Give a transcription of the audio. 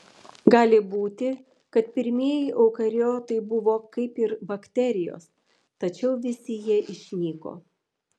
gali būti kad pirmieji eukariotai buvo kaip ir bakterijos tačiau visi jie išnyko